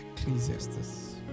Ecclesiastes